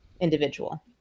individual